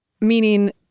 Meaning